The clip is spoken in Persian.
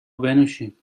بنوشیم